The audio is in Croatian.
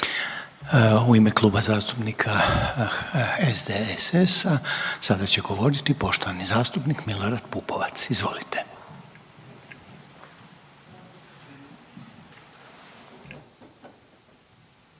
U ime Kluba zastupnika SDSS-a sada će govoriti poštovani zastupnik Milorad Pupovac. Izvolite.